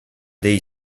dei